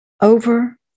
over